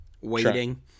waiting